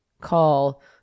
call